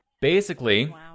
Basically-